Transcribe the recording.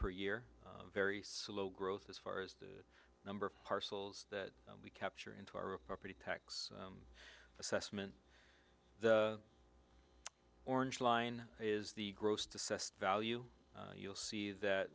per year very slow growth as far as the number of parcels that we capture into our property tax assessment the orange line is the grossed assessed value you'll see that